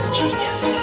Genius